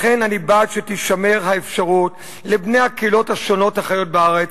לכן אני בעד שתישמר האפשרות לבני הקהילות השונות החיות בארץ,